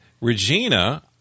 Regina